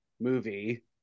movie